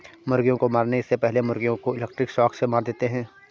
मुर्गियों को मारने से पहले मुर्गियों को इलेक्ट्रिक शॉक से मार देते हैं